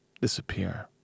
disappear